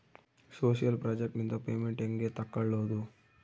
Social project ನಿಂದ payment ಹೆಂಗೆ ತಕ್ಕೊಳ್ಳದು?